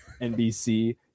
NBC